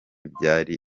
byari